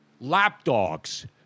lapdogs